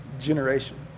generation